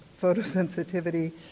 photosensitivity